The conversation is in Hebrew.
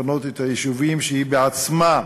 לפנות את היישובים שהיא בעצמה הביאה,